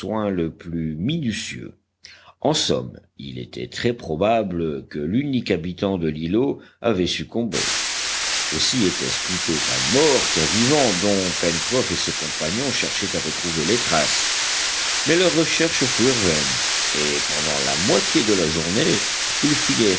le plus minutieux en somme il était très probable que l'unique habitant de l'îlot avait succombé aussi était-ce plutôt un mort qu'un vivant dont pencroff et ses compagnons cherchaient à retrouver les traces mais leurs recherches furent vaines et pendant la moitié de la journée ils